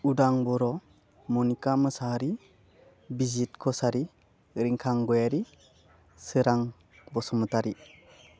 उदां बर' मनिका मोसाहारी बिजिद कसारी रिंखां ग'यारी सोरां बसुमथारि